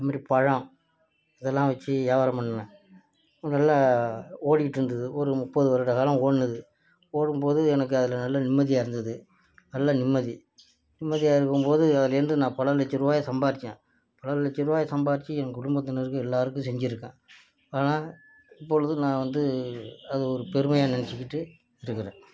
அதுமாதிரி பழம் இதெல்லாம் வச்சு வியாபாரம் பண்ணேன் நல்ல ஓடிக்கிட்டு இருந்தது ஒரு முப்பது வருட காலம் ஓடுனுது ஓடும் போது எனக்கு அதில் நல்ல நிம்மதியாக இருந்தது நல்ல நிம்மதி நிம்மதியாக இருக்கும் போது அதில் இருந்து நான் பல லட்ச ருபாயை சம்பாரித்தேன் பல லட்ச ருபாய் சம்பாரித்து எங்கள் குடும்பத்தினருக்கு எல்லோருக்கும் செஞ்சு இருக்கேன் ஆனால் இப்பொழுது நான் வந்து அது ஒரு பெருமையாக நினச்சிக்கிட்டு இருக்குறேன்